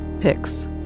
picks